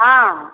हँ